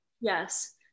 Yes